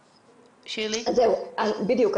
בדיוק,